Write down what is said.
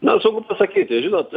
na sunku pasakyti žinot